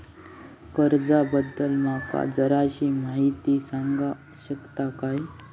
कर्जा बद्दल माका जराशी माहिती सांगा शकता काय?